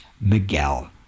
Miguel